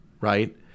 right